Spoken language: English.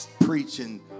preaching